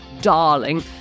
darling